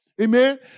Amen